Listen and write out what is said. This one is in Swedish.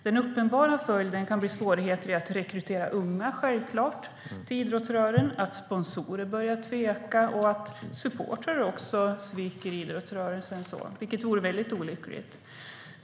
Den uppenbara följden kan självklart bli svårigheter i att rekrytera unga till idrottsrörelsen, att sponsorer börjar tveka och att också supportrar sviker idrottsrörelsen, vilket vore väldigt olyckligt.